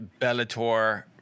Bellator